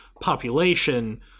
population